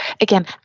again